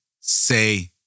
say